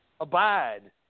Abide